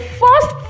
first